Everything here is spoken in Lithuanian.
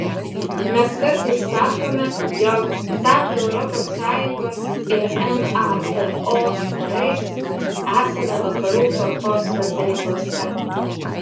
mes kartais sakome jog tapę europos sąjungos ir nato narais esame vakarų forpostas rytuose